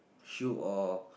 shoe or